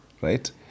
right